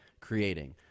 creating